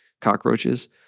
cockroaches